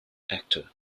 actor